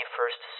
First